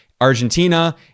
Argentina